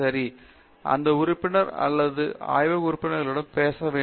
பேராசிரியர் சத்யநாராயண நா குமாடி அந்த உறுப்பினர் அல்லது மற்ற ஆய்வக உறுப்பினர்களிடம் பேச வேண்டும்